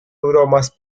bromas